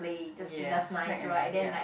yeah snack and then ya